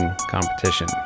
Competition